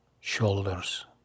shoulders